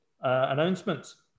announcements